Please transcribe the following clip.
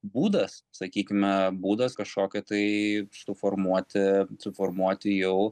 būdas sakykime būdas kažkokią tai suformuoti suformuoti jau